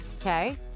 Okay